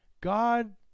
God